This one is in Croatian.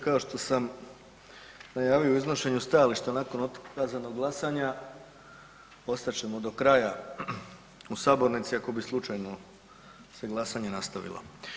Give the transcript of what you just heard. Kao što sam najavio u iznošenju stajališta nakon otkazanog glasanja ostat ćemo do kraja u sabornici ako bi slučajno se glasanje nastavilo.